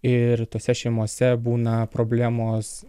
ir tose šeimose būna problemos